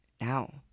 now